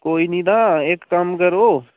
कोई निं तां इक कम्म करो